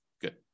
Good